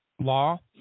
law